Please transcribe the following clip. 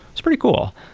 it's pretty cool.